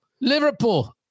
Liverpool